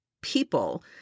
people